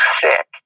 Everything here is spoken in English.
sick